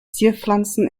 zierpflanzen